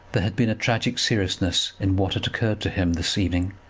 there had been a tragic seriousness in what had occurred to him this evening,